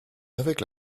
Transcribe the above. avec